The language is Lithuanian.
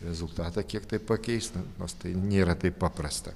rezultatą kiek tai pakeistų nors tai nėra taip paprasta